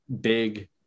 big